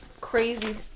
crazy